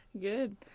Good